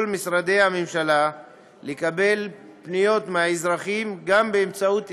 משרדי הממשלה לקבל פניות מהאזרחים גם באמצעות אימייל,